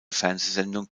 fernsehsendung